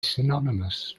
synonymous